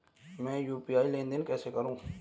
मैं यू.पी.आई लेनदेन कैसे करूँ?